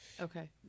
Okay